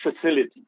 facility